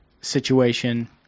situation